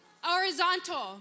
horizontal